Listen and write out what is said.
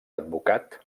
advocat